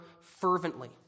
fervently